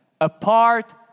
apart